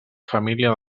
família